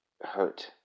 hurt